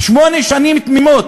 שמונה שנים תמימות